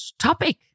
topic